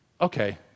okay